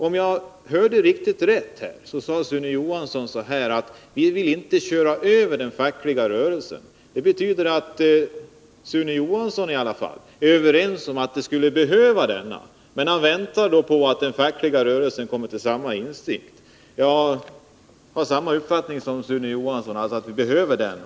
Om jag hörde rätt sade Sune Johansson att man inte vill köra över den fackliga rörelsen. Det betyder att i alla fall Sune Johansson och jag är överens om att den lokala strejkrätten behövs. Men han väntar på att också den fackliga rörelsen skall komma till den insikten. Jag har samma uppfattning som Sune Johansson, dvs. att vi behöver den rätten.